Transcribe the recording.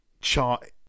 chart